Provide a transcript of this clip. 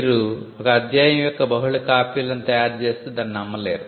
మీరు అధ్యాయం యొక్క బహుళ కాపీలను తయారు చేసి దానిని అమ్మలేరు